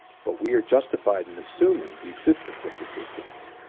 but we are justified in assuming the existence of the systems,